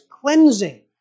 cleansing